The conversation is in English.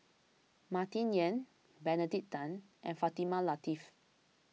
Martin Yan Benedict Tan and Fatimah Lateef